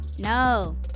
No